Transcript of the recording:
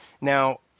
Now